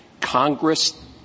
Congress